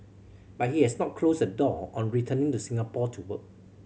but he has not closed the door on returning to Singapore to work